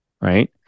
right